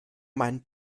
meinen